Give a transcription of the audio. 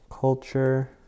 culture